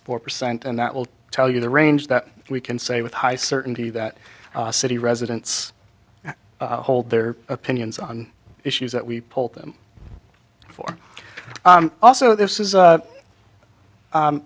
four percent and that will tell you the range that we can say with high certainty that city residents hold their opinions on issues that we polled them for also this is